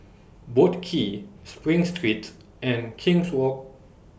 Boat Quay SPRING Streets and King's Walk